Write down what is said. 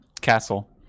Castle